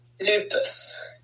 lupus